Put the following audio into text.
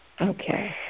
Okay